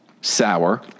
sour